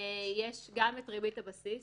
יש גם את ריבית הבסיס,